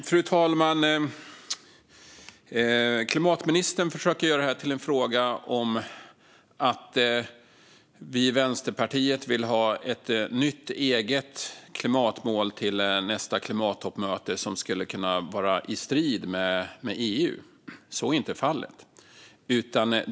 Fru talman! Klimatministern försöker göra det här till en fråga om att vi i Vänsterpartiet vill ha ett nytt eget klimatmål för Sverige till nästa klimattoppmöte som skulle kunna vara i strid med EU. Så är inte fallet.